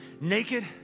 naked